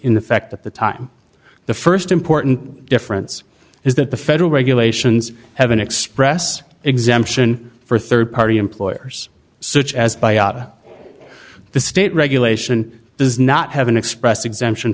in the fact that the time the st important difference is that the federal regulations have an express exemption for rd party employers such as buy out the state regulation does not have an express exemption